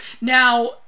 Now